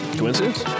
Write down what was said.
Coincidence